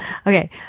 Okay